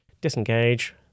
Disengage